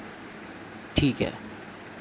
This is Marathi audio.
ठीक आहे